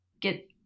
get